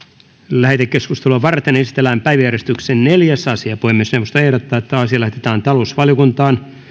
lähetekeskustelua varten esitellään päiväjärjestyksen neljäs asia puhemiesneuvosto ehdottaa että asia lähetetään talousvaliokuntaan